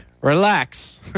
relax